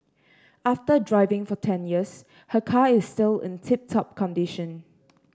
after driving for ten years her car is still in tip top condition